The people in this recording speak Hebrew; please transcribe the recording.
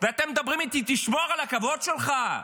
ואתם מדברים איתי "תשמור על הכבוד שלך"?